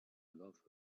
love